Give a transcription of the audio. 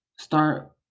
start